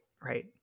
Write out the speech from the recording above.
right